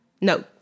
no